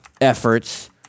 efforts